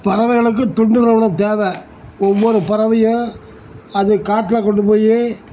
பறவைகளுக்கும் தொண்டு நிறுவனம் தேவை ஒவ்வொரு பறவையும் அது காட்டில் கொண்டு போய்